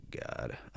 God